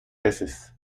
peces